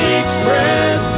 express